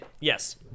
yes